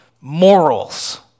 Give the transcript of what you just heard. morals